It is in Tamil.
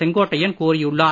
செங்கோட்டையன் கூறியுள்ளார்